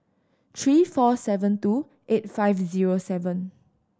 three four seven two eight five zero seven